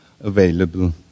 available